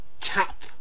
tap